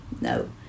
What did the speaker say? No